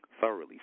thoroughly